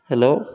hello